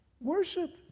Worship